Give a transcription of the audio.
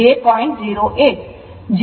0 6 j 0